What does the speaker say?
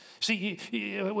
See